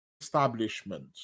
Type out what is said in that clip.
establishment